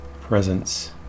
presence